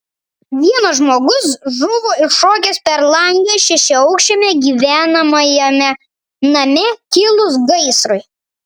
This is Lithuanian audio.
vienas žmogus žuvo iššokęs per langą šešiaaukščiame gyvenamajame name kilus gaisrui